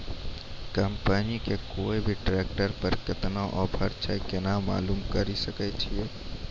Company के कोय भी ट्रेक्टर पर केतना ऑफर छै केना मालूम करऽ सके छियै?